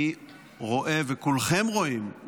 אני רואה וכולכם רואים,